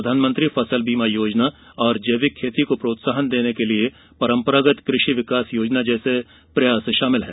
प्रधानमंत्री फसल बीमा योजना जैविक खेती को प्रोत्साहन देने के लिए परंपरागत कृषि विकास योजना इन प्रयासों में शामिल हैं